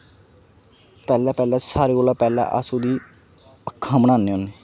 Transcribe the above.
पैह्ले पैह्ले सारे कोला पैह्ले अस ओह्दी अक्खां बनान्ने होन्ने